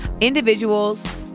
individuals